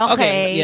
Okay